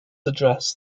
addressed